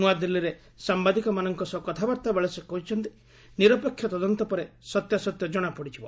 ନୂଆଦିଲ୍ଲୀରେ ସାମ୍ବାଦିକମାନଙ୍କ ସହ କଥାବାର୍ଭାବେଳେ ସେ କହିଛନ୍ତି ନିରପେକ୍ଷ ତଦନ୍ତ ପରେ ସତ୍ୟାସତ୍ୟ ଜଣାପଡ଼ିଯିବ